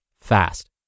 fast